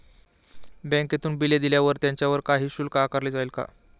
बँकेतून बिले दिल्यावर त्याच्यावर काही शुल्क आकारले जाईल का?